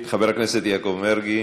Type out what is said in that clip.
חבר הכנסת יעקב מרגי,